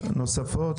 נוספות?